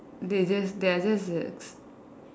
they just they are just there